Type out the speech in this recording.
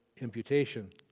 imputation